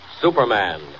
Superman